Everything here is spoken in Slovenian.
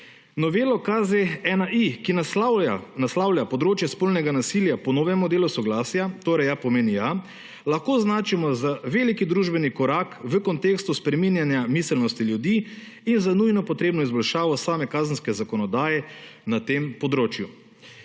Novelo KZ-1I, ki naslavlja področje spolnega nasilja po novem modelu soglasja, torej Ja pomeni ja, lahko označimo za veliki družbeni korak v kontekstu spreminjanja miselnosti ljudi in za nujno potrebno izboljšavo same kazenske zakonodaje na tem področju.